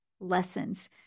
Lessons